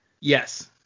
Yes